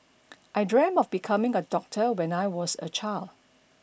I dreamt of becoming a doctor when I was a child